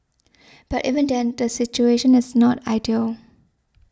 but even then the situation is not ideal